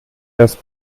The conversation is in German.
erst